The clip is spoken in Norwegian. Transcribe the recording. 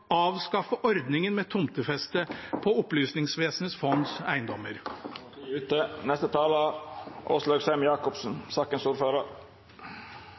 avskaffe ordningen med tomtefeste på Opplysningsvesenets fonds eiendommer.